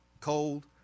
cold